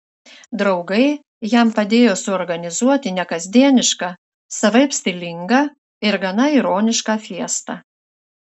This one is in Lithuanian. draugai jam padėjo suorganizuoti nekasdienišką savaip stilingą ir gana ironišką fiestą